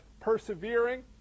persevering